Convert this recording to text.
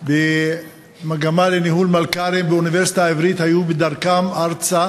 במגמה לניהול מלכ"רים באוניברסיטה העברית היו בדרכן ארצה